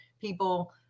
people